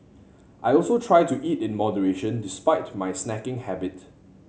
I also try to eat in moderation despite my snacking habit